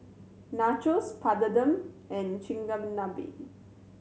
Nachos Papadum and Chigenabe